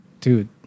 dude